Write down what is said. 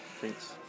Thanks